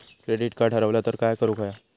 Credit card हरवला तर काय करुक होया?